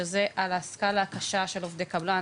שזה על הסקאלה הקשה של עובדי קבלן,